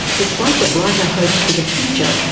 despite the brighter hopes for the future,